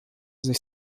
sich